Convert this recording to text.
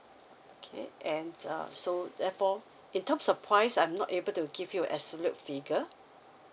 okay and uh so therefore in terms of price I'm not able to give you an absolute figure